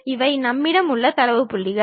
இவை நம்மிடம் உள்ள தரவு புள்ளிகள்